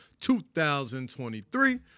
2023